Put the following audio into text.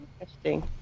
Interesting